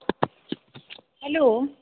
hello